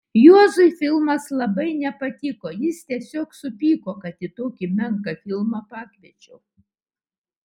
juozui filmas labai nepatiko jis tiesiog supyko kad į tokį menką filmą pakviečiau